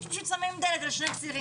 פשוט שמים דלת על שני צירים,